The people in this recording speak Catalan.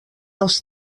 els